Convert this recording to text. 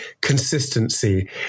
consistency